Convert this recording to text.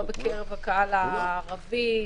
לא בקרב הקהל הערבי,